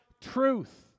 truth